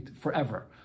forever